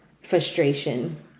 frustration